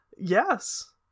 Yes